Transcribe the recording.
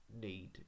need